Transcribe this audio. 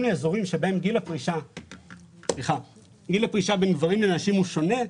לאזורים בהם גיל הפרישה בין גברים לנשים הוא שונה,